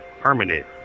permanent